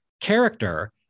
character